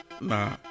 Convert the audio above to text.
Nah